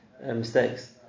mistakes